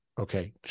Okay